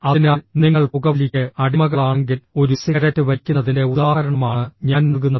അതിനാൽ നിങ്ങൾ പുകവലിക്ക് അടിമകളാണെങ്കിൽ ഒരു സിഗരറ്റ് വലിക്കുന്നതിന്റെ ഉദാഹരണമാണ് ഞാൻ നൽകുന്നത്